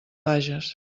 bages